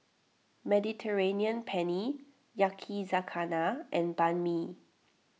Mediterranean Penne Yakizakana and Banh Mi